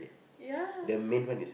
ya